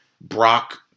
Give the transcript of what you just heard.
Brock